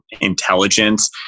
intelligence